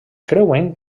creuen